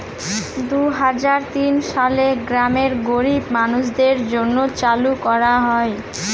দুই হাজার তিন সালে গ্রামের গরীব মানুষদের জন্য চালু করা হয়